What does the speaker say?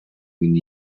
він